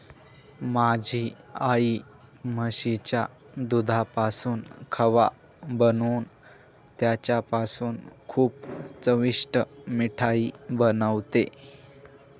माझी आई म्हशीच्या दुधापासून खवा बनवून त्याच्यापासून खूप चविष्ट मिठाई बनवते